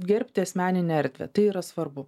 gerbti asmeninę erdvę tai yra svarbu